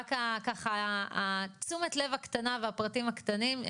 ורק ככה תשומת הלב הקטנה והפרטים הקטנים,